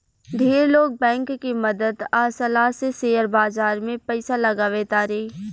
ढेर लोग बैंक के मदद आ सलाह से शेयर बाजार में पइसा लगावे तारे